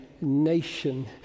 nation